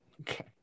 Okay